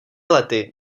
lety